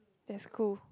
that's cool